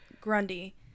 Grundy